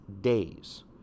days